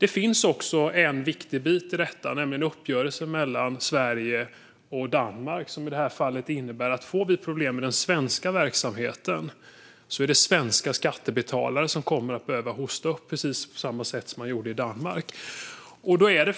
En viktig bit i detta är uppgörelsen mellan Sverige och Danmark, som innebär att om vi får problem med den svenska verksamheten är det svenska skattebetalare som kommer att behöva hosta upp, precis som man fick göra i Danmark.